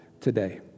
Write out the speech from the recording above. today